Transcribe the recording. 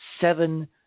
seven